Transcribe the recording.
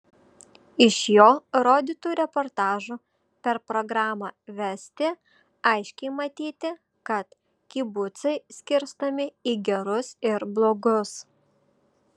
iš jo rodytų reportažų per programą vesti aiškiai matyti kad kibucai skirstomi į gerus ir blogus